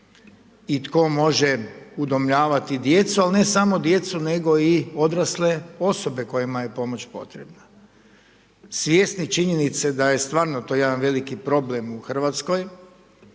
i tko može udomljavati djecu, al, ne samo djecu, nego i odrasle osobe kojima je pomoć potrebna. Svjesni činjenice da je to stvarno jedan veliki problem u RH, da su